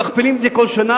היו מכפילים את זה כל שנה,